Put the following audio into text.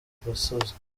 gasozi